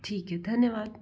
ठीक है धन्यवाद